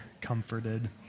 comforted